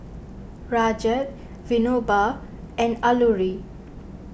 Rajat Vinoba and Alluri